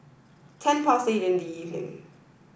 ten past eight in the evening